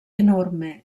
enorme